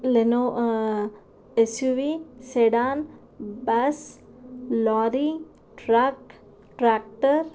ెనో SUV sedan bus lorry truck tractor